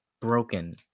broken